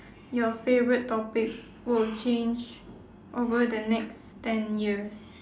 your favourite topic will change over the next ten years